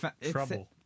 Trouble